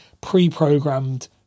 pre-programmed